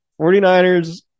49ers